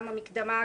גם המקדמה,